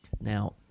Now